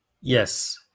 Yes